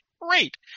great